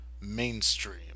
mainstream